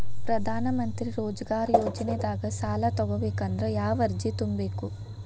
ಪ್ರಧಾನಮಂತ್ರಿ ರೋಜಗಾರ್ ಯೋಜನೆದಾಗ ಸಾಲ ತೊಗೋಬೇಕಂದ್ರ ಯಾವ ಅರ್ಜಿ ತುಂಬೇಕು?